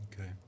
Okay